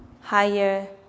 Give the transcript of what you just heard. higher